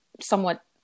somewhat